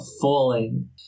falling